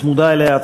צמודה אליה,